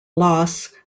loss